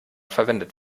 verwendet